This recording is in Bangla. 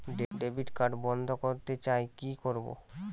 ডেবিট কার্ড বন্ধ করতে চাই কি করব?